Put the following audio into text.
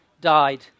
died